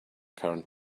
current